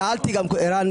ערן,